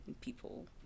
people